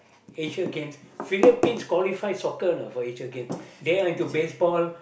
Asia games Philippines qualify soccer you know for Asia game they're into baseball